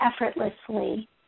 effortlessly